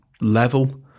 level